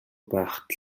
байхад